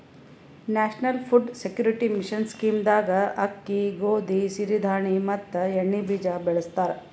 national food security mission scheme ದಾಗ ಅಕ್ಕಿ, ಗೋದಿ, ಸಿರಿ ಧಾಣಿ ಮತ್ ಎಣ್ಣಿ ಬೀಜ ಬೆಳಸ್ತರ